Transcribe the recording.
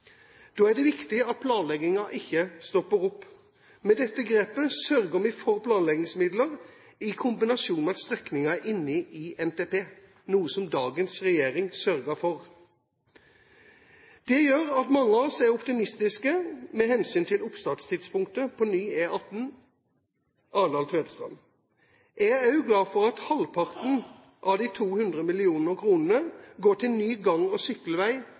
Da er det viktig at planleggingen ikke stopper opp. Med dette grepet sørger vi for planleggingsmidler i kombinasjon med at strekningen er inne i NTP, noe dagens regjering sørger for. Det gjør at mange av oss er optimistiske med hensyn til oppstarttidspunktet for ny E18 Arendal–Tvedestrand. Jeg er også glad for at halvparten av de 200 mill. kr går til ny gang- og sykkelvei